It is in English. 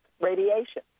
radiation